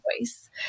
voice